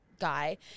guy